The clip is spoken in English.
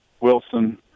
Wilson